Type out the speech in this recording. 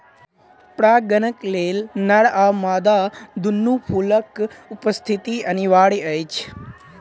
परागणक लेल नर आ मादा दूनू फूलक उपस्थिति अनिवार्य अछि